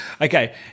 Okay